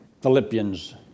Philippians